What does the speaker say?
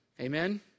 Amen